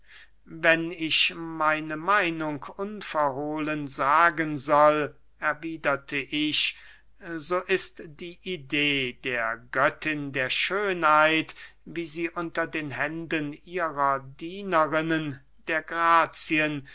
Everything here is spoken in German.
wenn ich meine meinung unverhohlen sagen soll erwiederte ich so ist die idee der göttin der schönheit wie sie unter den händen ihrer dienerinnen der grazien